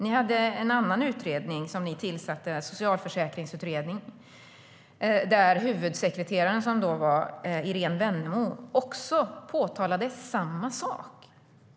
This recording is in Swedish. Ni tillsatte även en socialförsäkringsutredning, där huvudsekreteraren Irene Wennemo påtalade samma sak.